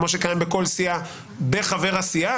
כמו שקיים בכל סיעה בחבר הסיעה,